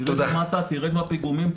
'תרד למטה, תרד מהפיגומים'.